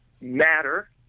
matter